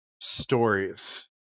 stories